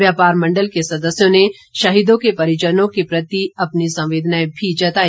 व्यापार मंडल के सदस्यों ने शहीदों के परिजनों के प्रति अपनी संवेदनाएं भी जताई